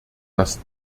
dass